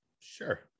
sure